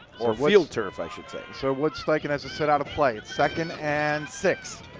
or field turf i should say. so woods-steichen has to sit out a play. it's second and six.